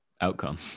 outcome